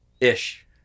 Ish